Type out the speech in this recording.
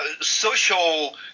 social